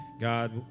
God